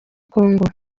congo